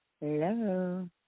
Hello